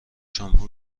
شامپو